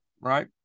right